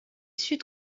sud